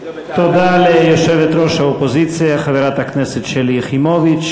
תודה ליושבת-ראש האופוזיציה חברת הכנסת שלי יחימוביץ.